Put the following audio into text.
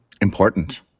important